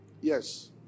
Yes